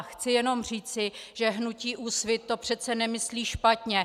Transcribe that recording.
Chci jenom říci, že hnutí Úsvit to přece nemyslí špatně.